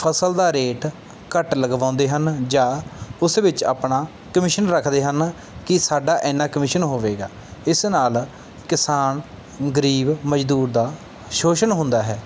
ਫਸਲ ਦਾ ਰੇਟ ਘੱਟ ਲਗਵਾਉਂਦੇ ਹਨ ਜਾਂ ਉਸ ਵਿੱਚ ਆਪਣਾ ਕਮਿਸ਼ਨ ਰੱਖਦੇ ਹਨ ਕਿ ਸਾਡਾ ਇੰਨਾਂ ਕਮਿਸ਼ਨ ਹੋਵੇਗਾ ਇਸ ਨਾਲ ਕਿਸਾਨ ਗਰੀਬ ਮਜ਼ਦੂਰ ਦਾ ਸੋਸ਼ਣ ਹੁੰਦਾ ਹੈ